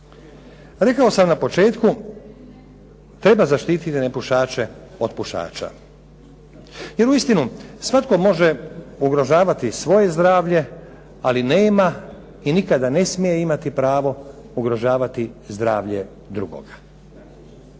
Rekao sam na početku treba zaštiti nepušače od pušača, jer uistinu svatko može ugrožavati svoje zdravlje, ali nema i nikada ne smije imati pravo ugrožavati zdravlje drugoga.